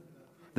הזאת.